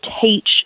teach